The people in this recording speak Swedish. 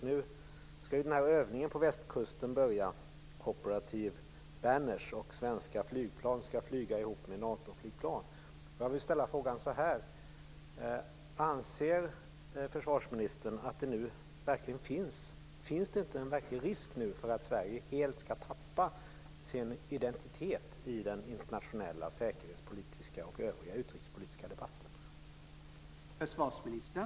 Nu skall övningen Cooperative Banners snart börja på västkusten, och svenska flygplan skall flyga ihop med NATO Jag vill ställa frågan så här: Anser försvarsministern inte att det nu finns en risk för att Sverige helt skall tappa sin identitet i den internationella säkerhetspolitiska och övriga utrikespolitiska debatten?